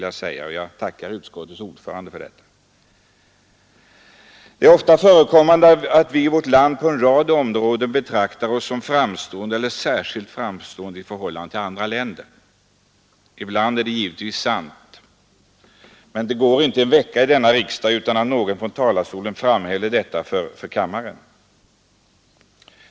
Jag tackar utskottets ordförande för detta. Det är ofta förekommande att vi i vårt land på en rad områden betraktar oss som framstående eller särskilt framstående i förhållande till andra länder. Ibland är det givetvis sant, det går inte en vecka i denna riksdag utan att någon från talarstolen framhäver detta för kammaren.